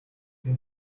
den